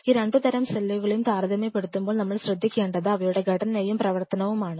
ഈ രണ്ടു തരം സെല്ലുകളെയും താരതമ്യപ്പെടുത്തുമ്പോൾ നമ്മൾ ശ്രദ്ധിക്കേണ്ടത് അവയുടെ ഘടനയും പ്രവർത്തനവുമാണ്